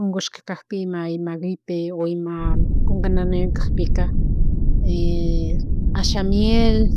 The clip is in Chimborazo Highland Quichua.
Ungushka kakpi ima ima gripe o ima kunga nanaywan kagpika asha miel